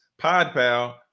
PodPal